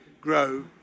grow